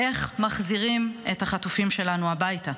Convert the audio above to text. איך מחזירים את החטופים שלנו הביתה?